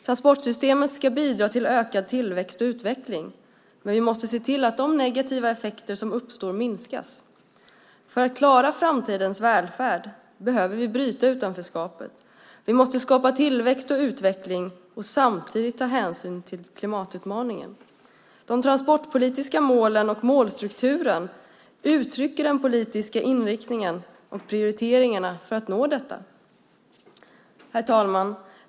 Transportsystemet ska bidra till ökad tillväxt och utveckling, men vi måste se till att de negativa effekter som uppstår minskas. För att klara framtidens välfärd behöver vi bryta utanförskapet. Vi måste skapa tillväxt och utveckling och samtidigt ta hänsyn till klimatutmaningen. De transportpolitiska målen och målstrukturen uttrycker den politiska inriktningen och prioriteringarna för att nå detta. Herr talman!